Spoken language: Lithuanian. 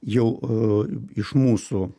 jau iš mūsų